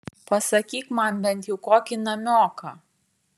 pasakyk man bent jau kokį namioką